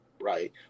right